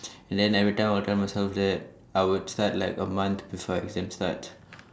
and then everytime I will tell myself that I would start like a month before exam start